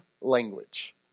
language